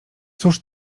cóż